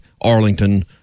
Arlington